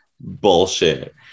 bullshit